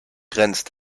grenzt